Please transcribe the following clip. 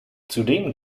zudem